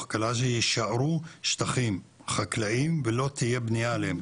קלעג'י יישארו שטחים חקלאיים ולא תהיה בנייה עליהן.